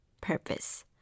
purpose